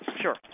Sure